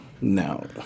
No